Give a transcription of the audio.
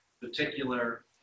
particular